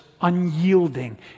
unyielding